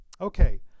Okay